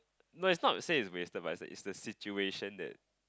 no it's not same as wasted but it's the it's situation that